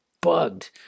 bugged